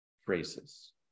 phrases